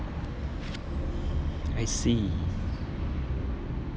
I see